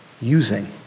using